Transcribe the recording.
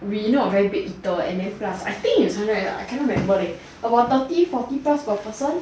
we not very big eater and then plus I think it's hundred I cannot remember leh about thirty forty plus four person